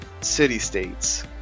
city-states